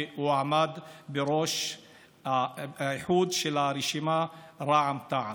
הוא עמד בראש האיחוד של הרשימה רע"מ-תע"ל.